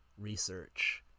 research